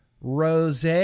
rose